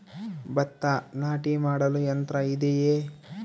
ಭತ್ತ ನಾಟಿ ಮಾಡಲು ಯಂತ್ರ ಇದೆಯೇ?